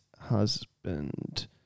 husband